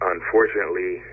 Unfortunately